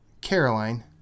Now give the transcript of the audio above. Caroline